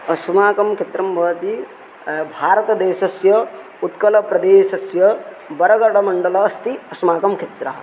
अस्माकं क्षेत्रं भवति भारतदेशस्य उत्कलप्रदेशस्य बरगडमण्डलम् अस्ति अस्माकं क्षेत्रं